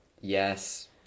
Yes